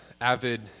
avid